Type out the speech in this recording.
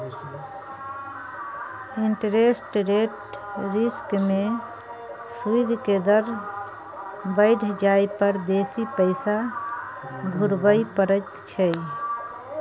interest rate risk में सूइद के दर बइढ़ जाइ पर बेशी पैसा घुरबइ पड़इ छइ